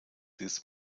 des